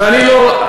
ואני לא,